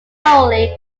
solely